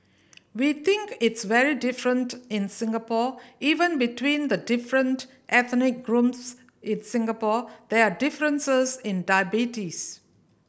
we think it's very different in Singapore even between the different ethnic groups its Singapore there are differences in diabetes